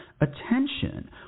attention